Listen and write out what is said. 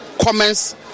comments